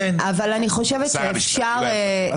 כמו שקורה בכל הדמוקרטיות בעולם.